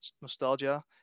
nostalgia